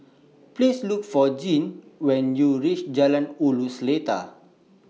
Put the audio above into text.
Please Look For Jean when YOU REACH Jalan Ulu Seletar